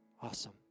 Awesome